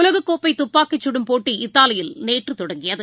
உலகக்கோப்பைதப்பாக்கிக்கடும் போட்டி இத்தாலியில் நேற்றுதொடங்கியது